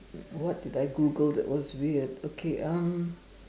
what did I Google that was weird okay um